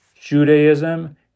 Judaism